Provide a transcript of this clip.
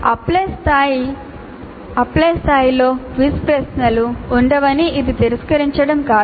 apply స్థాయి ఉండవని ఇది తిరస్కరించడం కాదు